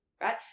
right